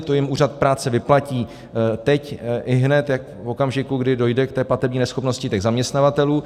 Tu jim úřad práce vyplatí teď ihned v okamžiku, kdy dojde k platební neschopnosti těch zaměstnavatelů.